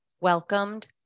welcomed